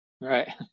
Right